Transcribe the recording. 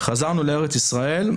חזרנו לארץ-ישראל,